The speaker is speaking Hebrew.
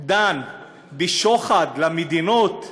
דן בשוחד למדינות,